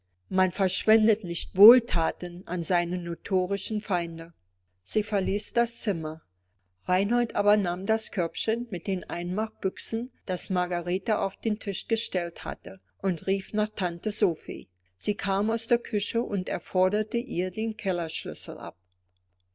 man verschwendet nicht wohlthaten an seine notorischen feinde sie verließ das zimmer reinhold aber nahm das körbchen mit den einmachbüchsen das margarete auf den tisch gestellt hatte und rief nach tante sophie sie kam aus der küche und er forderte ihr den kellerschlüssel ab